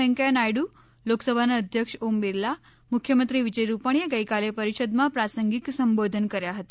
વેકૈંયા નાયડુ લોકસભાના અધ્યક્ષ ઓમ બીરલા મુખ્યમંત્રી વિજય રૂપાણીએ ગઈકાલે પરિષદમાં પ્રાસંગિક સંબોધન કર્યા હતા